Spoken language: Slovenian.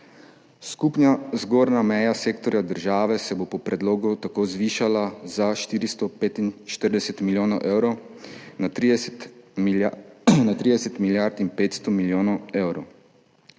Skupna zgornja meja sektorja država se bo po predlogu tako zvišala za 445 milijonov evrov na 30 milijard in 500 milijonov evrov,